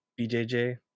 BJJ